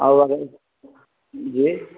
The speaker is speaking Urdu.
اور جی